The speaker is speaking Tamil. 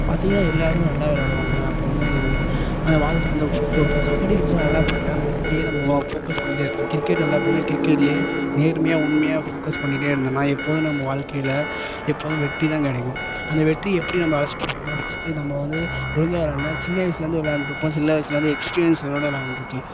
பார்த்தீங்கன்னா எல்லாரும் நல்லா வெளையாடுவாங்க அப்போ வந்து அந்த வாருங்க அந்த பொ பொ கபடி ரொம்ப நல்லா புடிக்கும்னால் அந்த கபடியே நம்ம ஃபோக்கஸ் பண்கிட்டே இருப்பேன் கிரிக்கெட் நல்லா புடிக்கும்னால் கிரிக்கெட்லே நேர்மையாக உண்மையாக ஃபோக்கஸ் பண்ணிகிட்டே இருந்தேன்னா எப்போதும் நம்ம வாழ்க்கையில் எப்போதும் வெற்றிதான் கிடைக்கும் அந்த வெற்றி எப்படி நம்ம அழைச்சிட்டு போகணும் ஃபஸ்ட் நம்ம வந்து ஒழுங்காக விளாண்டா சின்ன வயசிலேருந்து விளாண்ருப்போம் சின்ன வயசில் வந்து எக்ஸ்பீரியன்ஸ்களோடு விளாண்ருப்போம்